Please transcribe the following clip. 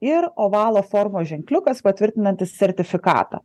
ir ovalo formos ženkliukas patvirtinantis sertifikatą